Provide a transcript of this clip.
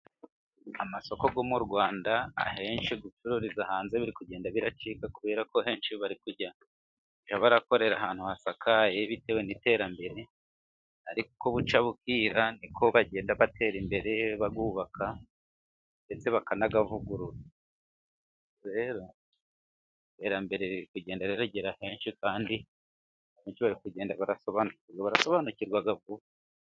Amasoko yo mu Rwanda ahenshi gucururiza hanze biri kugenda biracika kuberako henshi bari kujya barakorera ahantu hasakaye bitewe n'iterambere, ariko uko bucya bukira ni ko bagenda batera imbere bayubaka ndetse bakanayavugurura, rero iterambere riri kugenda rigera henshi kandi benshi bari kugenda barasoba barasobanukirwa vuba.